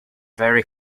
very